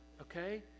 okay